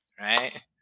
Right